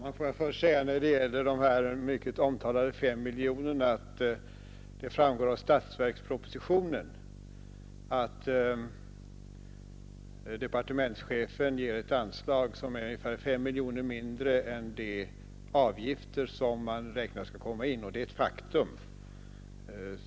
Herr talman! Får jag först säga om de mycket omtalade fem miljonerna att det framgår av statsverkspropositionen att departementschefen föreslår anslag som är fem miljoner mindre än de avgifter man beräknar skall komma in. Det är ett faktum.